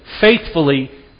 faithfully